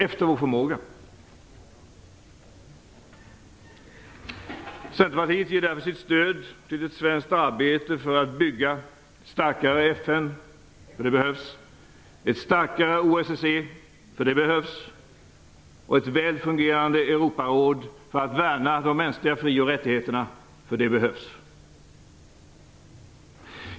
Centerpartiet ger därför sitt stöd till ett svenskt arbete för att bygga ett starkare FN - det behövs -, ett starkare OSSE, för det behövs också, och ett väl fungerande Europaråd för att värna de mänskliga fri och rättigheterna, något som även det behövs.